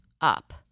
up